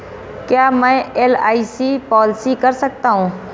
क्या मैं LIC policy कर सकता हूं?